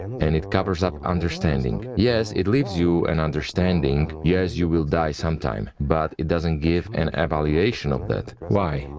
and it covers up understanding. yes, it leaves you an understanding yes, you will die sometime, but it doesn't give an evaluation of death. why